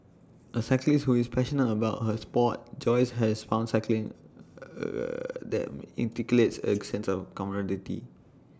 A cyclist who is passionate about her Sport Joyce has founded cycling A that inculcates A sense of camaraderie